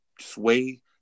sway